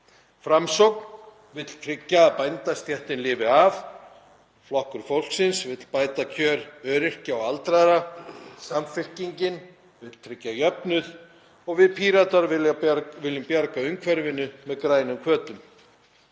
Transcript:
Framsókn vill tryggja að bændastéttin lifi af. Flokkur fólksins vill bæta kjör öryrkja og aldraðra. Samfylkingin vill tryggja jöfnuð og við Píratar viljum bjarga umhverfinu með grænum hvötum.